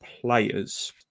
players